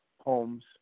homes